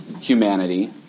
humanity